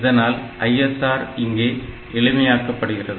இதனால் ISR இங்கே எளிமையாக்கப்படுகிறது